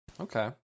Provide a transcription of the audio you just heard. Okay